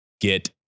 get